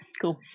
cool